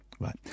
right